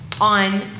on